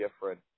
different